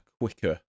quicker